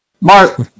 Mark